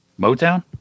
Motown